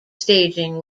staging